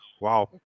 Wow